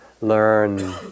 learn